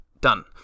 Done